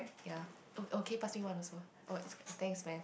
ya oh okay pass me one also oh thanks man